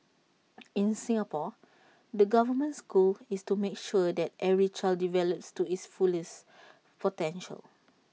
in Singapore the government's goal is to make sure that every child develops to his fullest potential